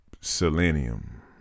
selenium